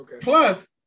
Plus